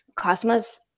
Cosmos